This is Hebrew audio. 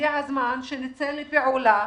הגיע הזמן שנצא לפעולה,